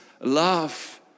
love